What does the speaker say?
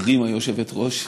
הפרימה יושבת-ראש,